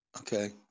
Okay